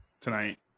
tonight